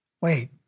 wait